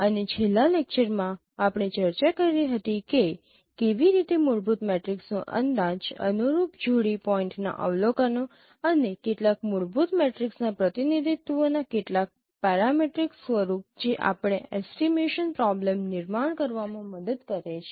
અને છેલ્લા લેક્ચર માં આપણે ચર્ચા કરી હતી કે કેવી રીતે મૂળભૂત મેટ્રિક્સનો અંદાજ અનુરૂપ જોડી પોઇન્ટના અવલોકનો અને કેટલાક મૂળભૂત મેટ્રિક્સના પ્રતિનિધિત્વ ના કેટલાક પેરામેટ્રિક સ્વરૂપ જે આપણ ને એસ્ટીમેશન પ્રૉબ્લેમ નિર્માણ કરવામાં મદદ કરે છે